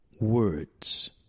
words